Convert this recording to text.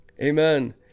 Amen